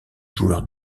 joueurs